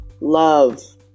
love